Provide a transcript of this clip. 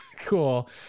Cool